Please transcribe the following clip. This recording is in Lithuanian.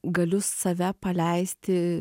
galiu save paleisti